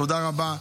תודה רבה,